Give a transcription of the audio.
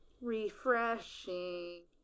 Refreshing